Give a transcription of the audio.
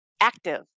active